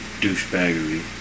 douchebaggery